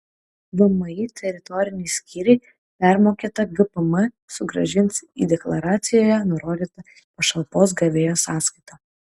vmi teritoriniai skyriai permokėtą gpm sugrąžins į deklaracijoje nurodytą pašalpos gavėjo sąskaitą